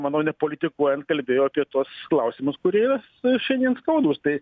manau nepolitikuojant kalbėjo apie tuos klausimus kurie yra šiandien skaudūs tai